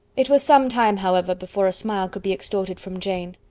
it was some time, however, before a smile could be extorted from jane.